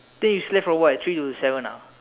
then you slept from what three to seven ah